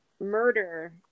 murder